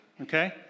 okay